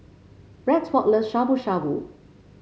Rexford love Shabu Shabu